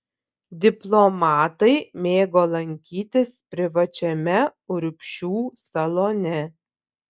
diplomatai mėgo lankytis privačiame urbšių salone